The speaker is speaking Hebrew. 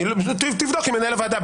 תבדוק עם מנהל הוועדה.